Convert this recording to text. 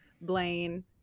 blaine